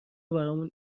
برامون